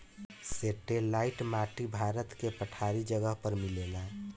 satellite माटी भारत के पठारी जगह पर मिलेला